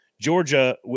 Georgia